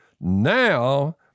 now